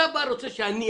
אתה בא ורוצה שאני,